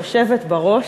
גברתי היושבת בראש,